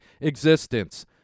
existence